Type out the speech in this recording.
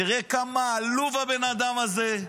תראה כמה עלוב הבן אדם הזה,